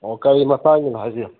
ꯑꯣ ꯀꯔꯤ ꯃꯇꯥꯡꯒꯤꯅꯣ ꯍꯥꯏꯕꯤꯌꯨ